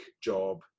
job